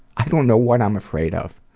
i don't know what i'm afraid of.